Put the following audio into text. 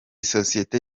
sosiyete